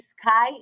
Sky